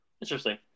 Interesting